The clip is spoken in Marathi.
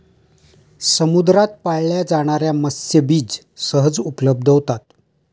समुद्रात पाळल्या जाणार्या मत्स्यबीज सहज उपलब्ध होतात